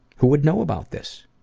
who would know about this?